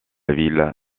ville